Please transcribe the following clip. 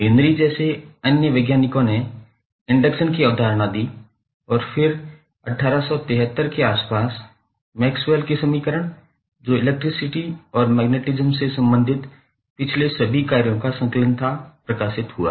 Henry जैसे अन्य वैज्ञानिकों ने इंडक्शन की अवधारणा दी और फिर 1873 के आसपास मैक्सवेल के समीकरण जो इलेक्ट्रिसिटी और मैग्नेटिज्म से संबंधित पिछले सभी कार्यों का संकलन था प्रकाशित हुआ